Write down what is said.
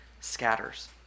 scatters